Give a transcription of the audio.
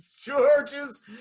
George's